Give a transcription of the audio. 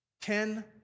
Ten